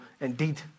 Indeed